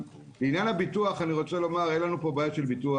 לעניין הביטוח אני רוצה לומר שאין לנו בעיות של ביטוח,